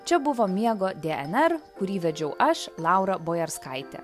čia buvo miego dnr kurį vedžiau aš laura bojarskaitė